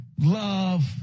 love